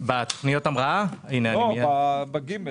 עוטף עזה,